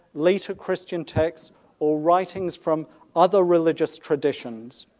later christian texts or writings from other religious traditions,